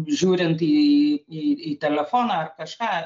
žiūrint į į į telefoną ar kažką